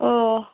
ওহ